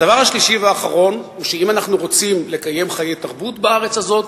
הדבר השלישי והאחרון הוא שאם אנחנו רוצים לקיים חיי תרבות בארץ הזאת,